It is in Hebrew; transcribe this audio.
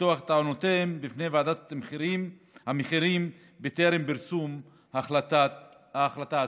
לשטוח את טענותיהם בפני ועדת המחירים בטרם פרסום ההחלטה הסופית.